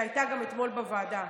שהייתה אתמול בוועדה,